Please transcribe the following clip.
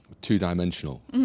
two-dimensional